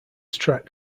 track